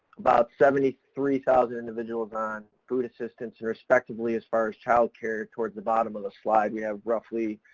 about seventy three thousand individuals on food assistance and respectively as far as child care, towards the bottom of the slide, we have roughly